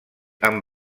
amb